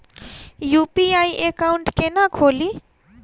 UPI account केना खोलि?